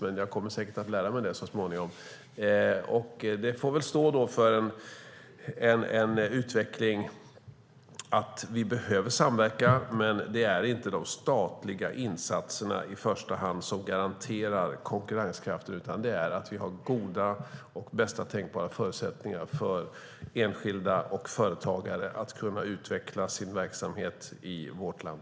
Vi behöver samverka, men det är inte i första hand de statliga insatserna som garanterar konkurrenskraften utan att vi har goda och bästa tänkbara förutsättningar för enskilda och företagare att utveckla sin verksamhet i vårt land.